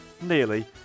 Nearly